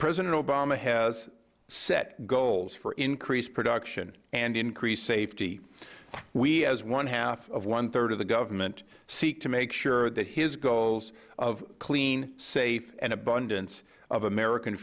president obama has set goals for increased production and increased safety we as onehalf of onethird of the government seek to make sure that his goals of clean safe and abundance of american